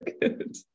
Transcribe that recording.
good